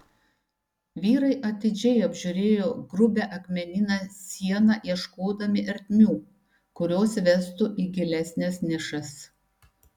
vyrai atidžiai apžiūrėjo grubią akmeninę sieną ieškodami ertmių kurios vestų į gilesnes nišas